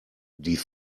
die